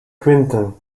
quinten